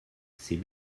c’est